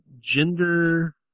gender